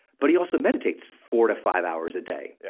but he also meditates four to five hours a day. yeah